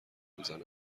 میزند